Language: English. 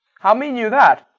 how mean you that?